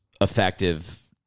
effective